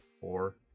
four